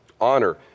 honor